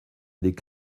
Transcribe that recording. les